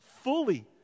fully